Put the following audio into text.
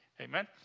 Amen